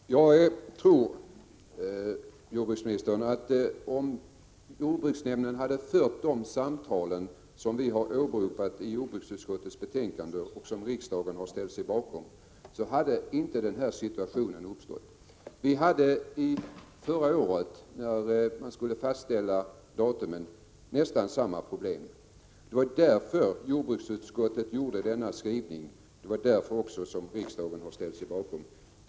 Herr talman! Jag tror, herr jordbruksminister, att om jordbruksnämnden hade fört de samtal som åberopades i jordbruksutskottets betänkande, som riksdagen ställde sig bakom, hade inte den här situationen uppstått. När man förra året skulle fastställa datumen hade vi nästan samma problem. Det var därför jordbruksutskottet gjorde denna skrivning, och det var därför riksdagen ställde sig bakom den.